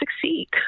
succeed